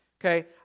okay